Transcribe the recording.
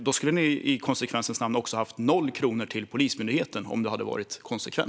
Då skulle ni i konsekvensens namn också haft noll kronor till Polismyndigheten.